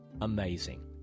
amazing